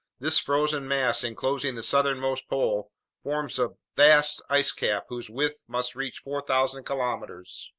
this frozen mass enclosing the southernmost pole forms a vast ice cap whose width must reach four thousand kilometers.